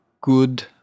good